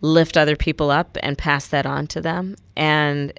lift other people up and pass that on to them. and,